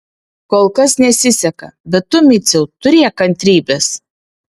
kol kas nesiseka bet tu miciau turėk kantrybės